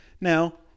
Now